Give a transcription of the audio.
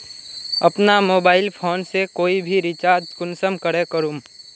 अपना mobile phone से कोई भी रिचार्ज कुंसम करे करूम?